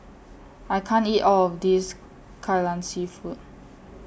I can't eat All of This Kai Lan Seafood